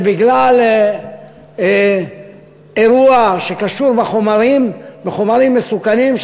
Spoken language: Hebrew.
בגלל אירוע שקשור בחומרים מסוכנים,